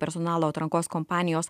personalo atrankos kompanijos